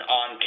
on